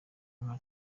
nka